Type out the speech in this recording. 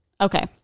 Okay